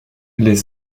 les